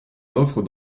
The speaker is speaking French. offres